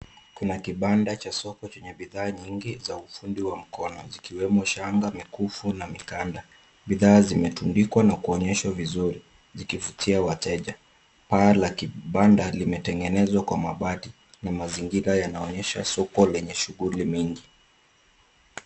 Kuna kibanda cha soko chenye bidhaa nyingi za ufundi wa mkono zikiwemo shanga, mikufu na mikanda. Bidhaa zimetundikwa na kuonyeshwa vizuri zikivutia wateja. Paa la kibanda limetengenezwa kwa mabati na mazingira yanaonyesha soko lenye shughuli nyingi.